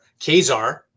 Kazar